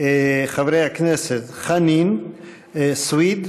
חברי הכנסת חנין, סויד,